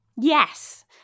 Yes